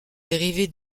dérivé